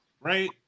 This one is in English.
right